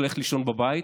ללכת לישון בבית,